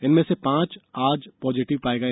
इनमें से पांच आज पॉजिटिव पाए गए